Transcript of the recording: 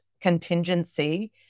contingency